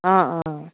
অ' অ'